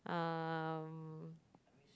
um